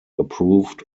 approved